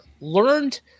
learned